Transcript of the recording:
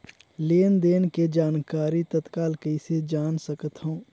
लेन देन के जानकारी तत्काल कइसे जान सकथव?